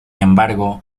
embargo